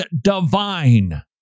divine